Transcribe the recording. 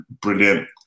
brilliant